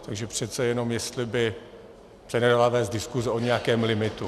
Takže přece jenom, jestli by se neměla vést diskuze o nějakém limitu.